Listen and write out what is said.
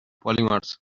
polymers